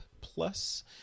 Plus